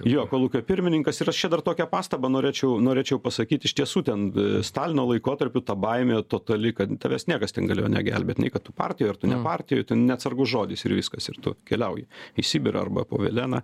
jo kolūkio pirmininkas ir aš čia dar tokią pastabą norėčiau norėčiau pasakyt iš tiesų ten stalino laikotarpiu ta baimė totali kad tavęs niekas ten galėjo negelbėt nei kad tu partijoj ar tu ne partijoj ten neatsargus žodis ir viskas ir tu keliauji į sibirą arba po velėna